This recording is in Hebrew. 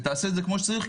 ותעשה את זה כמו שצריך,